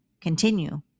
continue